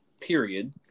period